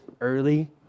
early